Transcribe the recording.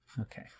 Okay